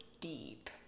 deep